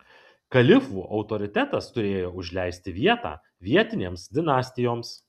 kalifų autoritetas turėjo užleisti vietą vietinėms dinastijoms